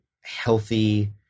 healthy